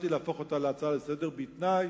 להפוך אותה להצעה לסדר-היום, בתנאי